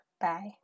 Bye